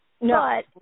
No